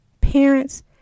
Parents